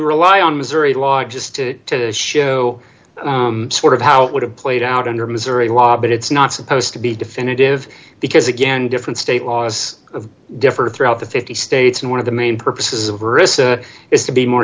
rely on missouri law just to show sort of how it would have played out under missouri law but it's not supposed to be definitive because again different state laws differ throughout the fifty states and one of the main purposes is to be more